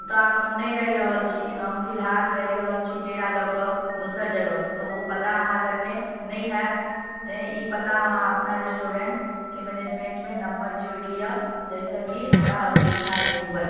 ओतय आब हम नहि रहि रहल छी हम फिलहाल रहि रहल छी डेरा लकऽ दोसर जगह तऽ ओ पता अहाँ लगमे नहि होयत तैं ई पता अहाँ अपना रेस्टोरेन्टके मैनेजमेन्टमे नम्बर जोड़ि लिअ जाहिसँ कि हमरा असुविधा नहि हुए